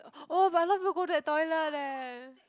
oh but a lot of people go that toilet leh